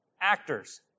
actors